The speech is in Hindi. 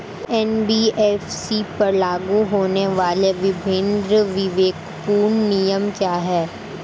एन.बी.एफ.सी पर लागू होने वाले विभिन्न विवेकपूर्ण नियम क्या हैं?